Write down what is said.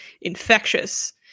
infectious